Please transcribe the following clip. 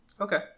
Okay